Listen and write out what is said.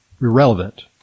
irrelevant